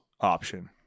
option